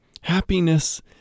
Happiness